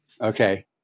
okay